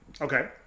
Okay